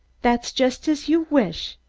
that's just as you wish,